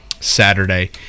Saturday